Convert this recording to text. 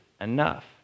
enough